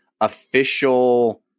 official –